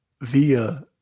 via